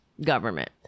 government